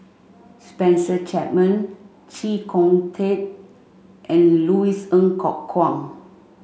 Spencer Chapman Chee Kong Tet and Louis Ng Kok Kwang